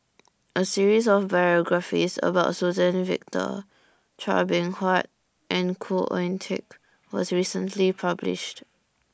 A series of biographies about Suzann Victor Chua Beng Huat and Khoo Oon Teik was recently published